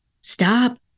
stop